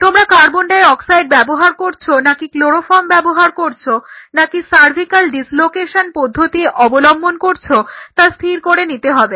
তোমরা carbon dioxide ব্যবহার করছো নাকি ক্লোরোফর্ম ব্যবহার করছো নাকি সার্ভিকাল ডিসলোকেশন পদ্ধতি অবলম্বন করছো তা স্থির করে নিতে হবে